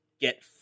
get